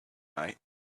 night